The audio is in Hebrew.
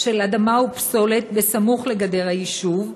של אדמה ופסולת סמוך לגדר היישוב,